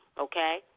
okay